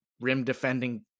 rim-defending